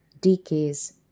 decays